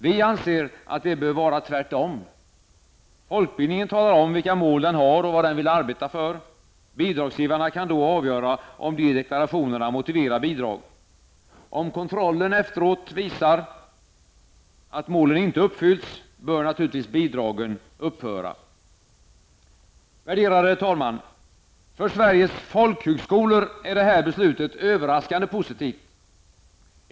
Vi anser att det bör vara tvärtom. Folkbildningen talar om vilka mål den har och vad den vill arbeta för. Bidragsgivarna kan då avgöra om de deklarationerna motiverar bidrag. Om kontrollen efteråt visar att målen inte uppfyllts, bör naturligtvis bidragen upphöra. Värderade talman! För Sveriges folkhögskolor är det här beslutet överraskande positivt.